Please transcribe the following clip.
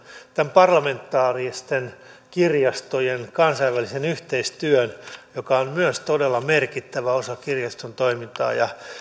parlamentaaristen kirjastojen kansainvälisen yhteistyön joka on myös todella merkittävä osa kirjaston toimintaa